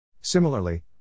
Similarly